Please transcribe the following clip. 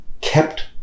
kept